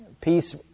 Peace